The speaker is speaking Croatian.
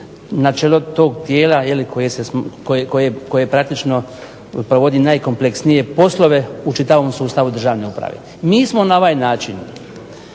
na čelo tog tijela koje praktično provodi najkompleksnije poslove u čitavom sustavu državne uprave. Mi smo na ovaj način